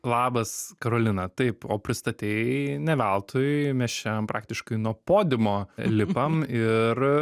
labas karolina taip o pristatei ne veltui mes šian praktiškai nuo podiumo lipam ir